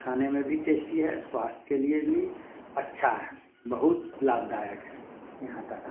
खाने में भी टेस्टी है स्वास्थ्य के लिए भी अच्छा है बहुत लाभदायक है यहाँ का खाना